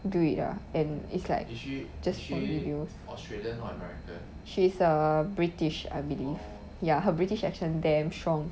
do it ah and it's like just for videos she's uh british I believe ya her british accent damn strong